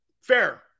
fair